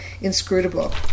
inscrutable